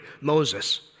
Moses